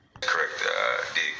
Correct